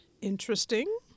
Interesting